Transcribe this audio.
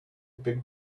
big